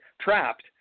trapped